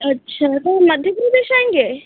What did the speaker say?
अच्छा तो मध्य प्रदेश आएँगे